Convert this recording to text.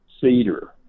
cedar